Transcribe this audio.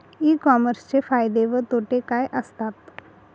E कॉमर्सचे फायदे व तोटे काय असतात?